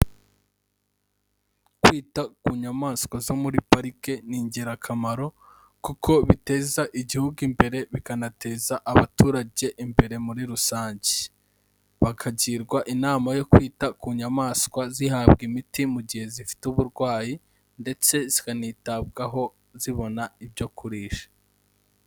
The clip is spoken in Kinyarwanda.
Kwita ku nyamaswa zo muri parike ni ingirakamaro kuko biteza igihugu imbere bikanateza abaturage imbere muri rusange, bakagirwa inama yo kwita ku nyamaswa zihabwa imiti mu gihe zifite uburwayi ndetse zikanitabwaho zibona ibyo kurisha.